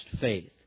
faith